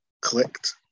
clicked